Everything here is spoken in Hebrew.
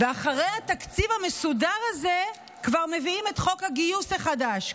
ואחרי התקציב המסודר הזה כבר מביאים את חוק הגיוס החדש,